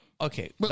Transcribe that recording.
Okay